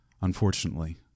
Unfortunately